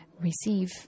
receive